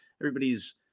Everybody's